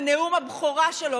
בנאום הבכורה שלו,